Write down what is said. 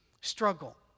struggle